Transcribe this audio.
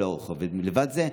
מלבד זה,